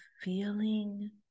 feeling